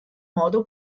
modo